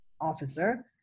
officer